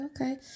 okay